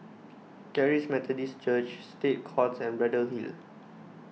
Charis Methodist Church State Courts and Braddell Hill